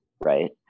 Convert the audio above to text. right